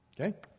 Okay